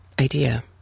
Idea